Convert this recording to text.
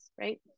right